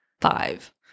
five